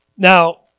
Now